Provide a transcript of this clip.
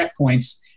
checkpoints